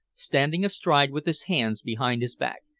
standing astride with his hands behind his back,